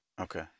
Okay